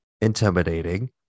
intimidating